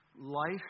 Life